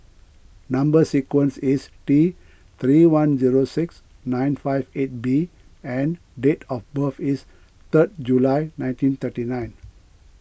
Number Sequence is T three one zero six nine five eight B and date of birth is third July nineteen thirty nine